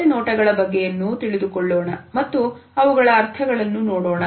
ಓರೆನೋಟಗಳ ಬಗೆಯನ್ನು ತಿಳಿದುಕೊಳ್ಳೋಣ ಮತ್ತು ಅವುಗಳ ಅರ್ಥಗಳನ್ನು ನೋಡೋಣ